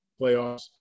playoffs